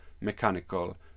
mechanical